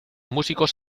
músicos